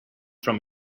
from